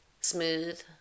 smooth